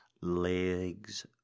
legs